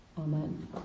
Amen